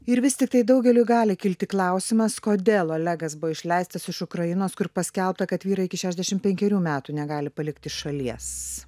ir vis tiktai daugeliui gali kilti klausimas kodėl olegas buvo išleistas iš ukrainos kur paskelbta kad vyrai iki šešdešim penkerių metų negali palikti šalies